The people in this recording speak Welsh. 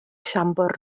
siambr